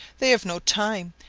they have no time,